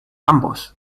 ambos